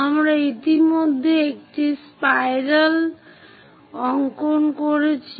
আমরা ইতিমধ্যে একটি স্পাইরাল অংকন করেছি